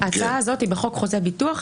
ההצעה הזאת היא בחוק חוזה הביטוח,